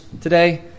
today